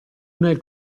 nel